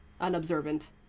unobservant